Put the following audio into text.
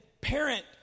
parent